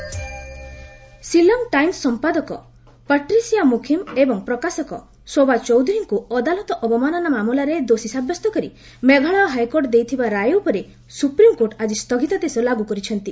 SC Meghalaya Shillong Times ସମ୍ପାଦକ Patricia Mukhim ଏବଂ ପ୍ରକାଶକ ଶୋବା ଚୌଧୁରୀଙ୍କୁ ଅଦାଲତ ଅବମାନନା ମାମଲାରେ ଦୋଷୀ ସାବ୍ୟସ୍ତ କରି ମେଘାଳୟ ହାଇକୋର୍ଟ ଦେଇଥିବା ରାୟ ଉପରେ ସୁପ୍ରିମକୋର୍ଟ ଆକି ସ୍ଥଗିତାଦେଶ ଲାଗୁ କରିଛନ୍ତି